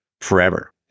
forever